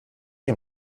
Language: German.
ihm